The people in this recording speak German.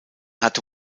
hatte